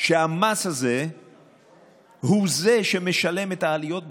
שהמס הזה הוא זה שמשלם את העליות בשכר,